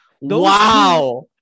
Wow